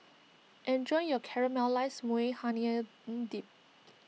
enjoy your Caramelized Maui Onion N Dip